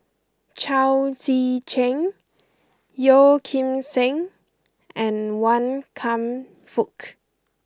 Chao Tzee Cheng Yeo Kim Seng and Wan Kam Fook